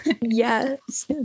Yes